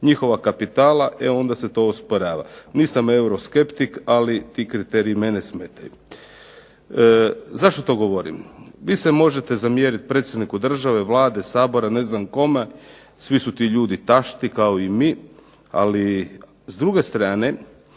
njihova kapitala e onda se to osporava. Nisam euroskeptik, ali ti kriteriji mene smetaju. Zašto to govorim? Vi se možete zamjerit predsjedniku države, Vlade, Sabora, ne znam kome. Svi su ti ljudi tašti kao i mi, ali s druge strane